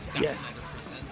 Yes